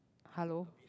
hello